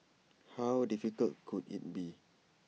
how difficult could IT be